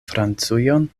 francujon